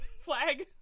flag